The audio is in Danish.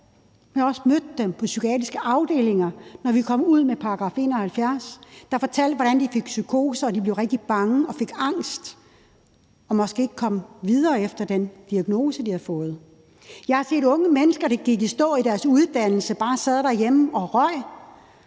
har også mødt dem på psykiatriske afdelinger, når vi kom ud med § 71, og de fortalte, hvordan de fik psykoser og blev rigtig bange og fik angst og måske ikke kom videre efter den diagnose, de havde fået. Jeg har set unge mennesker, der gik i stå i deres udannelse og bare sad derhjemme og røg.